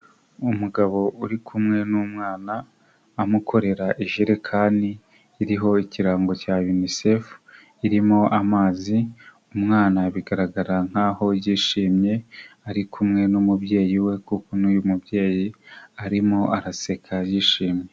Umugabo uri kumwe n'umwana amukorera ijerekani iriho ikirango cya Yunisefu irimo amazi, umwana bigaragara nkaho yishimye ari kumwe n'umubyeyi we kuko n'uyu mubyeyi arimo araseka yishimye.